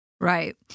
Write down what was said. Right